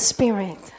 Spirit